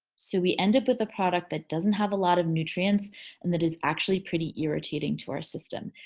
so we end up with a product that doesn't have a lot of nutrients and that is actually pretty irritating to our system.